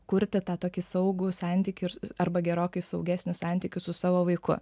kurti tą tokį saugų santykį arba gerokai saugesnį santykį su savo vaiku